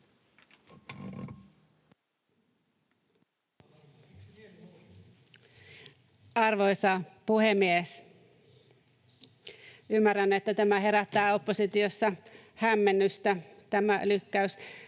Arvoisa puhemies! Ymmärrän, että tämä lykkäys herättää oppositiossa hämmennystä.